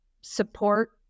support